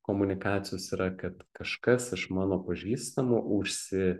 komunikacijos yra kad kažkas iš mano pažįstamų užsi